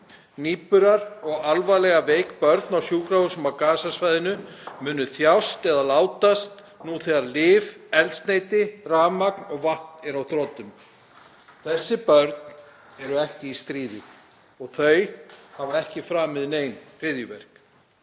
Nýburar og alvarlega veik börn á sjúkrahúsum á Gaza-svæðinu munu þjást eða látast nú þegar lyf, eldsneyti, rafmagn og vatn er á þrotum. Þessi börn eru ekki í stríði og hafa ekki framið nein hryðjuverk.